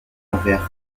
envers